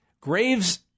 Graves